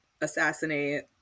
assassinate